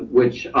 which